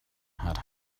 had